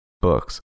books